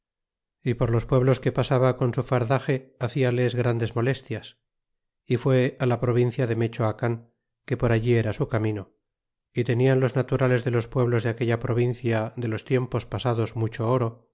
y por los pueblos que pasaba con su fardax e ha ciales grandes molestias y fue á la provincia de mechoacan que por allí era su camino y tenian los naturales de los pueblos de aquella provincia de los tiempos pasados mucho oro